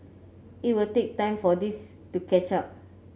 it will take time for this to catch up